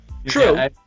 True